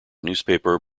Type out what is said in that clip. newspaper